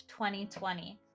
2020